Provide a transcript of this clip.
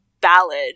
ballad